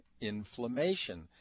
Inflammation